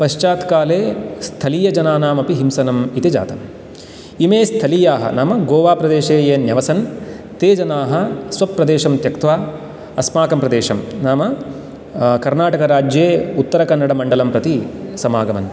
पश्चात् काले स्थलीयजनानामपि हिंसनम् इति जातम् एमे स्थलीयाः नाम गोवाप्रदेशे ये न्यवसन् ते जनाः स्वप्रदेशं त्यक्त्वा अस्माकं प्रदेशं नाम कर्णाटकराज्ये उत्तरकन्नडमण्डलं प्रति समागमन्